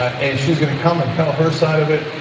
ah and she was going to come and tell her side of it,